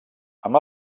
amb